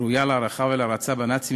ראויה להערכה ולהערצה בנאצים,